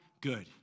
Good